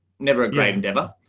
never again never.